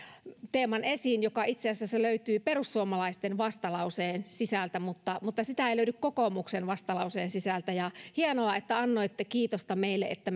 teeman joka itse asiassa löytyy perussuomalaisten vastalauseen sisältä mutta mutta sitä ei löydy kokoomuksen vastalauseen sisältä hienoa että annoitte kiitosta meille siitä että